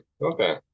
Okay